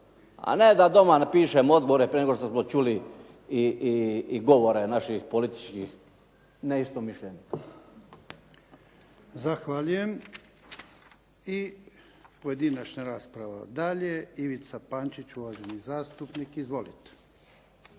se ne razumije./… prije nego što smo čuli i govore naših političkih neistomišljenika. **Jarnjak, Ivan (HDZ)** Zahvaljujem. I pojedinačna rasprava dalje. Ivica Pančić uvaženi zastupnik. Izvolite.